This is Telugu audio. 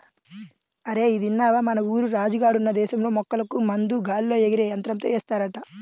అరేయ్ ఇదిన్నవా, మన ఊరు రాజు గాడున్న దేశంలో మొక్కలకు మందు గాల్లో ఎగిరే యంత్రంతో ఏస్తారంట